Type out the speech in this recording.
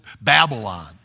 Babylon